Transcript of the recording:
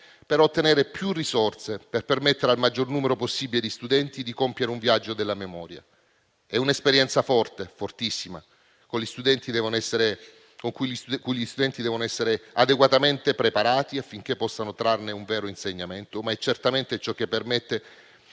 per ottenere più risorse per permettere al maggior numero possibile di studenti di compiere un viaggio della memoria. È un'esperienza forte, fortissima, alla quale gli studenti devono essere adeguatamente preparati affinché possano trarne un vero insegnamento. Ma è certamente ciò che permette